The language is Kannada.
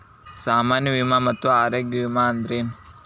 ಸಾಮಾನ್ಯ ವಿಮಾ ಮತ್ತ ಆರೋಗ್ಯ ವಿಮಾ ಅಂದ್ರೇನು?